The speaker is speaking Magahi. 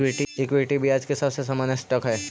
इक्विटी ब्याज के सबसे सामान्य स्टॉक हई